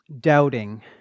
doubting